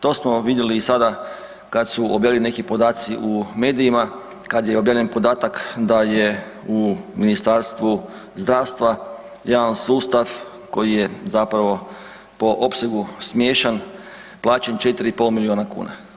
To smo vidjeli i sada kada su objavljeni neki podaci u medijima, kad je objavljen podatak da je u Ministarstvu zdravstva jedan sustav koji je zapravo po opsegu smiješan plaćen 4,5 milijuna kuna.